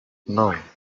neun